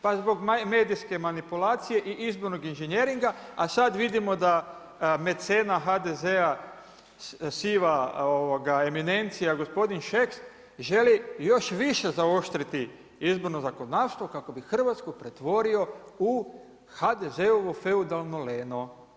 Pa zbog medijske manipulacije i izbornog inženjeringa, a sada vidimo da mecena HDZ-a siva eminencija gospodin Šeks, želi još više zaoštriti izborno zakonodavstvu kako bi Hrvatsku pretvorio u HDZ-ovo feudalno leno.